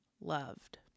loved